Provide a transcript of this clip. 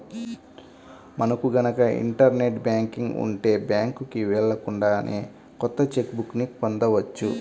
మనకు గనక internet banking ఉంటే బ్యాంకుకి వెళ్ళకుండానే కొత్త చెక్ బుక్ ని పొందవచ్చు